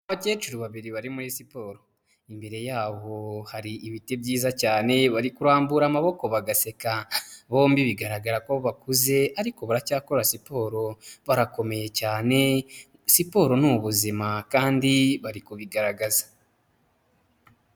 Abakecuru babiri bari muri siporo. Imbere yaho hari ibiti byiza cyane bari kurambura amaboko bagaseka, bombi bigaragara ko bakuze ariko baracyakora siporo barakomeye cyane, siporo nizima kandi bari kubigaragaza.